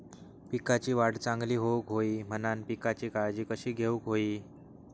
पिकाची वाढ चांगली होऊक होई म्हणान पिकाची काळजी कशी घेऊक होई?